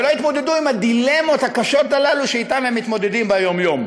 ולא יתמודדו עם הדילמות הקשות האלה שאתן הם מתמודדים ביום-יום.